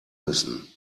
müssen